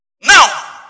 Now